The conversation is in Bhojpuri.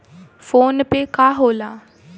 फोनपे का होला?